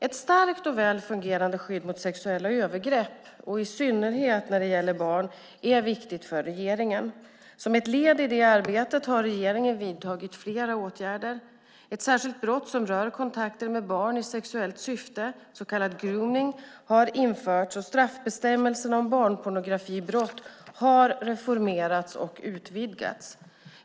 Ett starkt och väl fungerande skydd mot sexuella övergrepp, i synnerhet när det gäller barn, är viktigt för regeringen. Som ett led i detta arbete har regeringen vidtagit flera åtgärder. Ett särskilt brott som rör kontakter med barn i sexuellt syfte, så kallad gromning, har införts, och straffbestämmelserna om barnpornografibrott har reformerats och utvidgats.